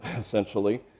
essentially